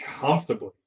Comfortably